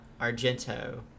Argento